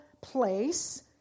place